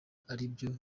aribyo